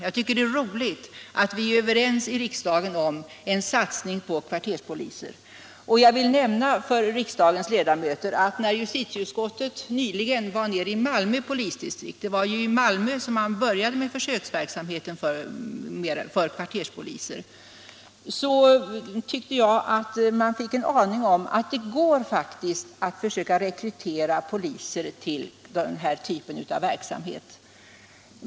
Det är roligt, tycker jag, att vi är överens i riksdagen om en satsning på kvarterspoliser. Jag vill nämna för riksdagens ledamöter att när justitieutskottet nyligen var i Malmö polisdistrikt — det var ju i Malmö som man började med försöksverksamheten med kvarterspoliser — tyckte jag att man fick det intrycket att det faktiskt går att rekrytera poliser till den här typen av verksamhet.